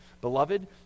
Beloved